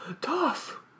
tough